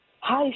hi